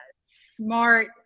smart